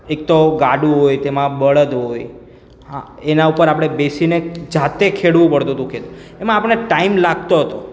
એક તો ગાડું હોય તેમાં બળદ હોય હા એના ઉપર આપણે બેસીને જાતે ખેડવું પડતું હતું ખેતર એમાં આપણે ટાઈમ લાગતો હતો